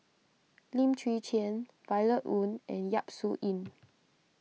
Lim Chwee Chian Violet Oon and Yap Su Yin